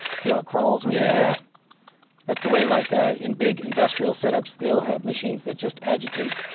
see how it crawls when yeah that's the way, like, ah in big industrial setups, they'll have machines that just agitate.